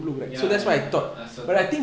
ya ya I also thought